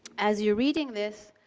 as you're reading this,